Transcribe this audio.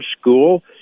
school